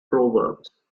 proverbs